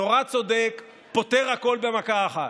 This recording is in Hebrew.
נורא צודק, פותר הכול במכה אחת.